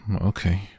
okay